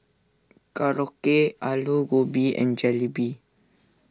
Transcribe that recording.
Korokke Alu Gobi and Jalebi